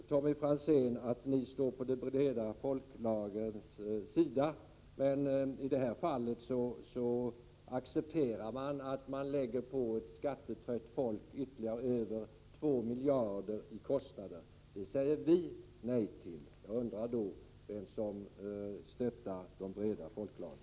Tommy Franzén sade att vpk står på de breda folklagrens sida. Men i det här fallet accepterar ni att man lägger på ett skattetrött folk ytterligare kostnader på över 2 miljarder. Det säger vi nej till. Jag undrar då vem av oss som stöttar de breda folklagren.